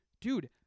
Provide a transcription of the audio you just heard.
dude